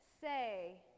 say